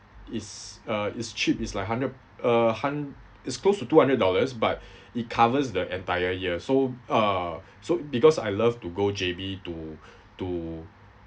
it's uh it's cheap it's like hundred uh hun~ it's close to two hundred dollars but it covers the entire year so uh so because I love to go J_B to to